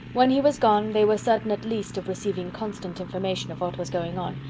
when he was gone, they were certain at least of receiving constant information of what was going on,